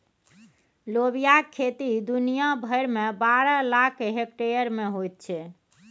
लोबियाक खेती दुनिया भरिमे बारह लाख हेक्टेयर मे होइत छै